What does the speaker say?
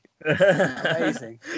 Amazing